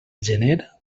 gener